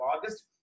August